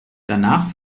danach